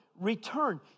return